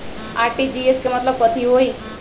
RTGS के मतलब कथी होइ?